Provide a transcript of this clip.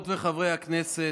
חברות וחברי הכנסת,